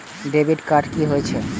Debit card कि होई छै?